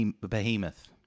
Behemoth